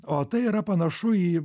o tai yra panašu į